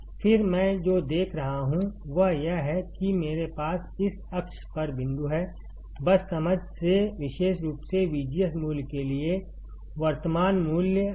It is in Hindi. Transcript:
फिर जो मैं देख रहा हूं वह यह है कि मेरे पास इस अक्ष पर बिंदु हैं बस समझ से विशेष रूप से VGS मूल्य के लिए वर्तमान मूल्य क्या है